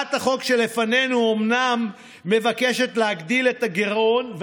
הצעת החוק שלפנינו אומנם מבקשת להגדיל את הגירעון,